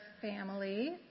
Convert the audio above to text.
family